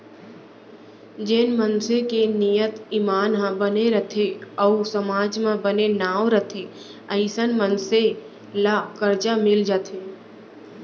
जेन मनसे के नियत, ईमान ह बने रथे अउ समाज म बने नांव रथे अइसन मनसे ल करजा मिल जाथे